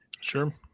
Sure